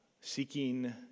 seeking